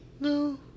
No